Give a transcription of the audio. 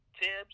tips